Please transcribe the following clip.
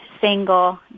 single